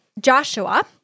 Joshua